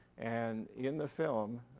and in the film,